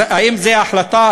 אז האם זו ההחלטה?